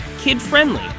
kid-friendly